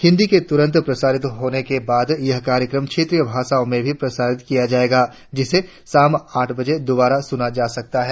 हिंदी के तुरंत प्रसारित होने के बाद यह कार्यक्रम क्षेत्रीय भाषाओ में भी प्रसारित किया जाएगा जिसे शाम आठ बजे दोबारा सुना जा सकता है